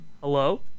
Hello